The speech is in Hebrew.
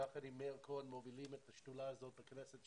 שיחד עם מאיר כהן מובלים את השדולה הזאת בכנסת,